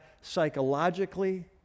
psychologically